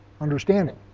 understanding